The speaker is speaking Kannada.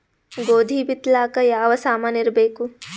ಗೋಧಿ ಬಿತ್ತಲಾಕ ಯಾವ ಸಾಮಾನಿರಬೇಕು?